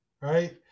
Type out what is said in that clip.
right